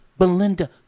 Belinda